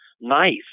Nice